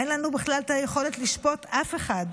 אין לנו בכלל את היכולת לשפוט אף אחד,